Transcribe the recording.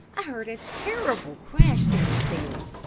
i heard a terrible crash down stairs.